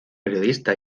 periodista